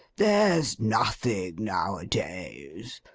there's nothing now-a-days.